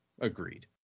agreed